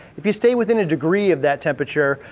if you stay within a degree of that temperature,